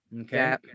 okay